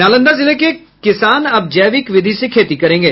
नालंदा जिला के किसान अब जैविक विधि से खेती करेंगे